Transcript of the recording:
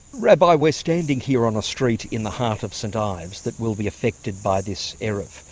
rabbi, we're standing here on a street in the heart of st ives, that will be affected by this eruv.